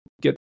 get